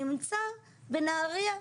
נמצא בנהריה,